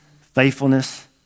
faithfulness